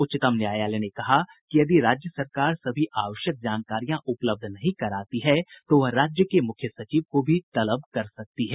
उच्चतम न्यायालय ने कहा कि यदि राज्य सरकार सभी आवश्यक जानकारियां उपलब्ध नहीं कराती है तो वह राज्य के मुख्य सचिव को भी तलब कर सकती है